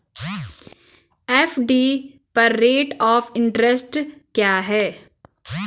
FD पर rate of interest क्या है?